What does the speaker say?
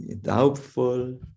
doubtful